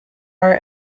are